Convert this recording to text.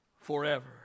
forever